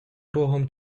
рогом